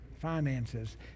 finances